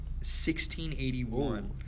1681